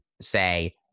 say